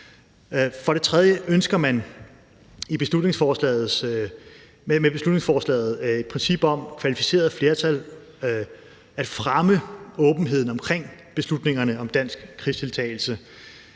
For det tredje ønsker man med beslutningsforslagets princip om kvalificeret flertal at fremme åbenheden omkring beslutningerne om dansk krigsdeltagelse.